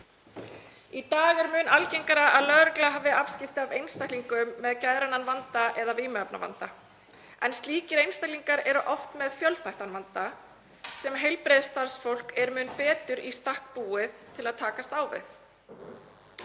Í dag er mun algengara að lögregla hafi afskipti af einstaklingum með geðrænan vanda eða vímuefnavanda en slíkir einstaklingar eru oft með fjölþættan vanda sem heilbrigðisstarfsfólk er mun betur í stakk búið til að takast á við.